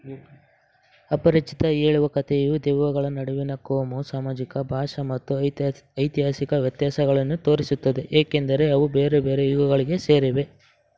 ಅಪರಿಚಿತ ಹೇಳುವ ಕಥೆಯು ದೆವ್ವಗಳ ನಡುವಿನ ಕೋಮು ಸಾಮಾಜಿಕ ಭಾಷಾ ಮತ್ತು ಐತಿಹಾಸಿಕ ವ್ಯತ್ಯಾಸಗಳನ್ನು ತೋರಿಸುತ್ತದೆ ಏಕೆಂದರೆ ಅವು ಬೇರೆ ಬೇರೆ ಯುಗಗಳಿಗೆ ಸೇರಿವೆ